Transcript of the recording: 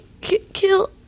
kill